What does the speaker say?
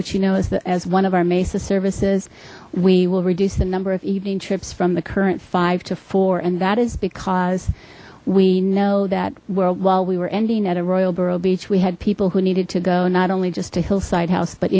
which you know is as one of our mesa services we will reduce the number of evening trips from the current five to four and that is because we know that where while we were ending at a royal borough beach we had people who needed to go not only just a hillside house but